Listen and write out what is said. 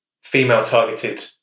female-targeted